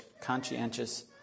conscientious